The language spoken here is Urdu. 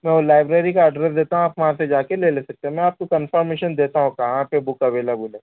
میں وہ لائبریری کا ایڈریس دیتا ہوں آپ وہاں سے جا کے لے لے سکتے میں آپ کو کنفرمیشن دیتا ہوں کہاں پہ بک اویلیبل ہے